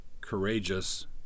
courageous